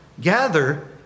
Gather